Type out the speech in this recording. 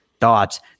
Thoughts